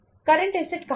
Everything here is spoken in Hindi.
करंट ऐसेट कहां है